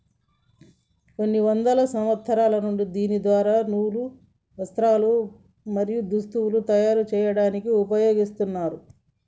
కొన్ని వందల సంవత్సరాల నుండి దీని ద్వార నూలు, వస్త్రాలు, మరియు దుస్తులను తయరు చేయాడానికి ఉపయోగిస్తున్నారు